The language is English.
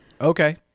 Okay